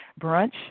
brunch